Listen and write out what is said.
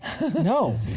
No